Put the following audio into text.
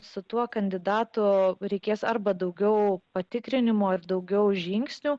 su tuo kandidato reikės arba daugiau patikrinimo ir daugiau žingsnių